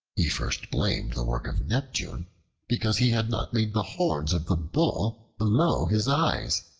he first blamed the work of neptune because he had not made the horns of the bull below his eyes,